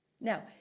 now